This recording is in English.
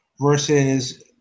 versus